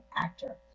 actor